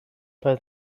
bei